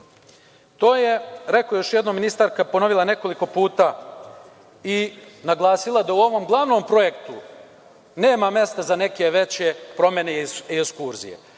sprovesti. To je ministarka ponovila nekoliko puta i naglasila da u ovom glavnom projektu nema mesta za neke veće promene i ekskurzije. Izuzetno